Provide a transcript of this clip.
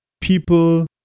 people